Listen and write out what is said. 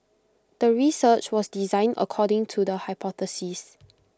the research was designed according to the hypothesis